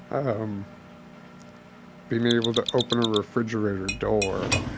um being able to open a refrigerator door.